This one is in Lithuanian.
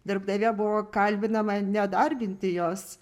darbdavė buvo kalbinama nedarbinti jos